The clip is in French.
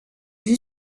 vue